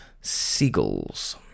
Seagulls